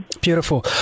Beautiful